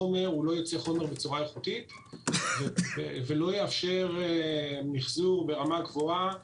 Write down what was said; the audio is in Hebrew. החומר לא יוצא ברמה איכותית ולא יאפשר מיחזור ברמה גבוהה,